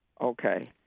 Okay